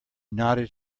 nodded